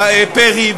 פרי,